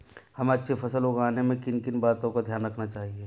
हमें अच्छी फसल उगाने में किन किन बातों का ध्यान रखना चाहिए?